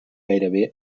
gairebé